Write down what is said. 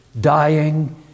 dying